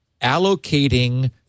allocating